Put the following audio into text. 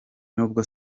nubwo